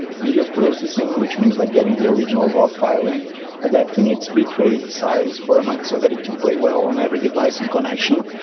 video processing, which means like getting the original raw file and adapting its bitrate, size, format so that it can play well on every device in connection,